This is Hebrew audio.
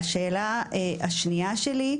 השאלה השנייה שלי,